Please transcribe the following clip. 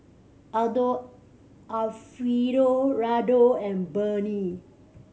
Aldo Alfio Raldo and Burnie